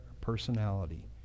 personality